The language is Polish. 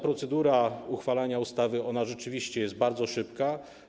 Procedura uchwalania ustawy rzeczywiście jest bardzo szybka.